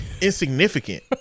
insignificant